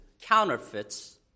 counterfeits